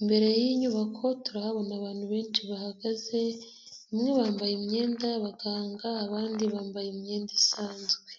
imbere y'inyubako turahabona abantu benshi bahagaze bamwe bambaye imyenda y'abaganga abandi bambaye imyenda isanzwe.